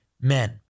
men